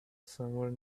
somewhere